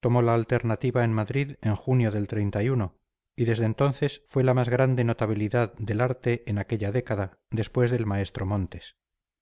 tomó la alternativa en madrid en junio del y desde entonces fue la más grande notabilidad del arte en aquella década después del maestro montes